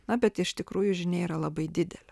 na bet iš tikrųjų žinia yra labai didelė